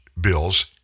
bills